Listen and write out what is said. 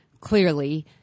clearly